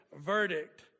verdict